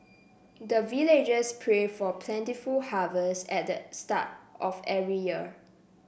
the villagers pray for plentiful harvest at the start of every year